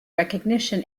recognition